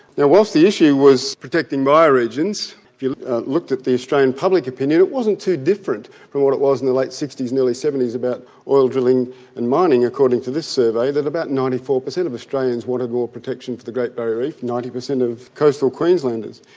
now whilst the issue was protecting bio regions, if you looked at the australian public opinion it wasn't too different from what it was in the late sixty s early seventy s about oil drilling and mining according to this survey about ninety four percent of australians wanted more protection for the great barrier reef, ninety percent of coastal queenslanders.